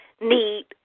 need